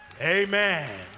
Amen